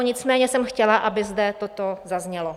Nicméně jsem chtěla, aby zde toto zaznělo.